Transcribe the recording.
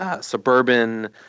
suburban